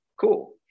Cool